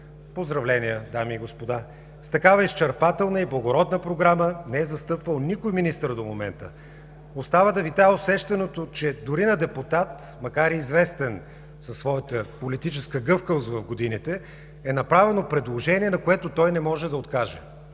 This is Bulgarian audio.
Поздравления, дами и господа! С такава изчерпателна и благородна програма не е застъпвал никой министър до момента. Остава да витае усещането, че дори на депутат, макар и известен със своята политическа гъвкавост в годините, е направено предложение, на което той не може да откаже.